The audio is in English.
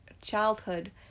childhood